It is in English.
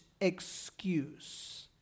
excuse